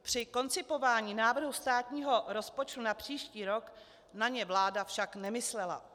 Při koncipování návrhu státního rozpočtu na příští rok na ně vláda však nemyslela.